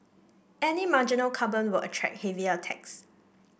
any marginal carbon will attract heavier tax